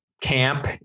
camp